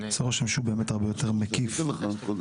עושה רושם שהוא באמת הרבה יותר מקיף ומחייב.